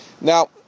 Now